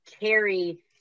carry